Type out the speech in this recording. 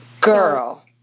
girl